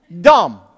Dumb